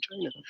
China